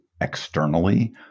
externally